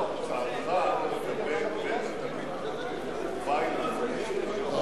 הצעתך לגבי בית-התנ"ך, בית מכובד.